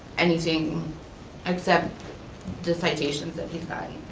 anything except the citations that he's gotten.